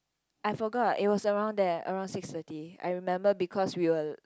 I forgot it was around there around six thirty I remember because we were